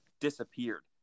disappeared